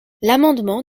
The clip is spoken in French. l’amendement